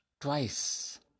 twice